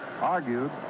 argued